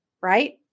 right